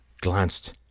glanced